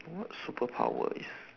what superpower is